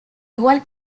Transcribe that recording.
igual